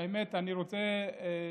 האמת היא שאני רוצה להגיד,